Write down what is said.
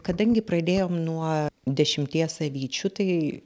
kadangi pradėjom nuo dešimties avyčių tai